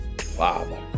Father